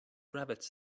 rabbits